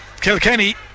Kilkenny